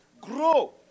grow